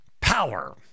power